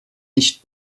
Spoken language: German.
nicht